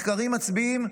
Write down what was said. מחקרים מצביעים על